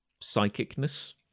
psychicness